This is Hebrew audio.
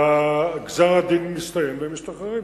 גזר-הדין מסתיים והם משתחררים.